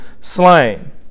slain